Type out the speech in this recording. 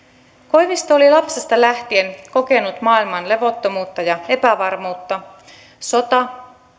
koivisto oli lapsesta lähtien kokenut maailman levottomuutta ja epävarmuutta sota